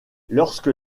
lorsque